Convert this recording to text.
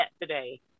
today